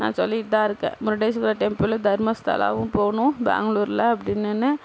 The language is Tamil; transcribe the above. நான் சொல்லிட்டு தான் இருக்கேன் முருடேஸ்வரர் டெம்புள் தர்மஸ்தலாவும் போகணும் பெங்களூர்ல அப்படின்னேன்னு